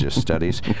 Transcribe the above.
Studies